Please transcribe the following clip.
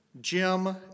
Jim